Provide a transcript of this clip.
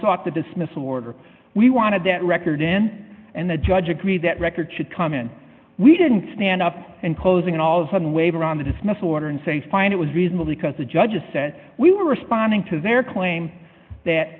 sought the dismissal order we wanted that record in and the judge agreed that record should come in we didn't stand up and closing all of sudden waiver on the dismissal order and say fine it was reasonable because the judges said we were responding to their claim that